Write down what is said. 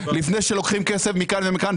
לפני שלוקחים כסף מכאן ומכאן,